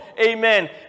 Amen